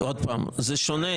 שוב, זה שונה.